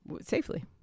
Safely